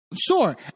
Sure